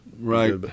Right